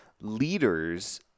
leaders